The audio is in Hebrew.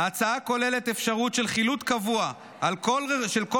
ההצעה כוללת אפשרות של חילוט קבוע של כל